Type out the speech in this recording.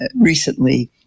recently